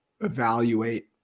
evaluate